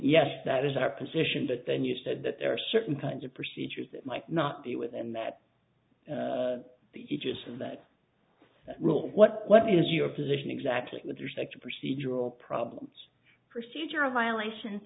yes that is our position but then you said that there are certain kinds of procedures that might not be within that the aegis of that rule what what is your position exactly with respect to procedural problems procedural violations